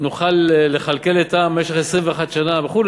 נוכל לכלכל את העם במשך 21 שנה וכו'.